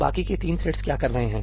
बाकी के 3 थ्रेड्स क्या कर रहे हैं